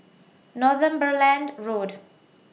Northumberland Road